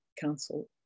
Council